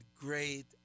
great